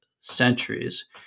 Centuries